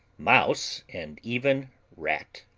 mouse, and even rat.